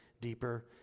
deeper